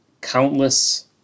countless